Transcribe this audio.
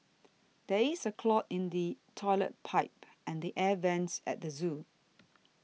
there is a clog in the Toilet Pipe and the Air Vents at the zoo